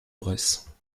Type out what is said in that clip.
bresse